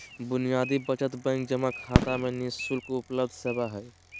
बुनियादी बचत बैंक जमा खाता में नि शुल्क उपलब्ध सेवा हइ